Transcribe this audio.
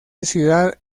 ciudad